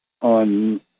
on